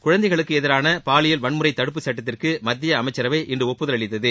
குழந்தைகளுக்கு எதிரான பாலியல் வன்முறை தடுப்புச் சுட்டத்திற்கு மத்திய அமைச்சரவை இன்று ஒப்புதல் அளித்தது